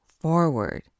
forward